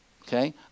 Okay